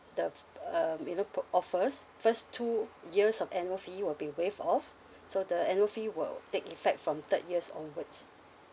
the um you know pro~ offers first two years of annual fee will be waive off so the annual fee will take effect from third years onwards